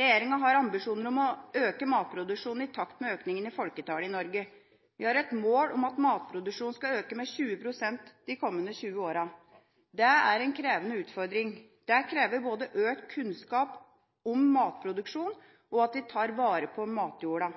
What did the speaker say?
Regjeringa har ambisjoner om å øke matproduksjonen i takt med økningen i folketallet i Norge. Vi har et mål om at matproduksjonen skal øke med 20 pst. de kommende 20 årene. Det er en krevende utfordring. Det krever både økt kunnskap om matproduksjon og at vi tar vare på matjorda.